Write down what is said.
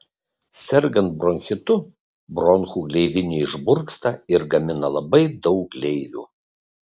sergant bronchitu bronchų gleivinė išburksta ir gamina labai daug gleivių